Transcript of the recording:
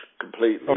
completely